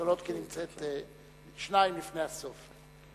כן, סולודקין נמצאת במקום שני לפני הסוף.